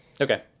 Okay